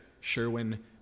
Sherwin